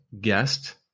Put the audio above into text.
guest